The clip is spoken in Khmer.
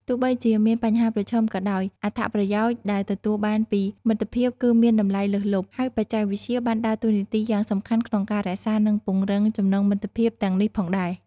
ទោះបីជាមានបញ្ហាប្រឈមក៏ដោយ អត្ថប្រយោជន៍ដែលទទួលបានពីមិត្តភាពគឺមានតម្លៃលើសលប់ ហើយបច្ចេកវិទ្យាបានដើរតួនាទីយ៉ាងសំខាន់ក្នុងការរក្សានិងពង្រឹងចំណងមិត្តភាពទាំងនេះផងដែរ ។